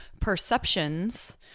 perceptions